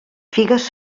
figues